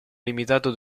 limitato